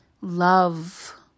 love